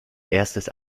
erstes